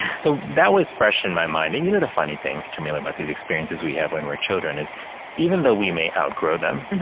so that was fresh in my mind. and you know, the funny thing, jameela, about these experiences we have when we're children is even though we may outgrow them.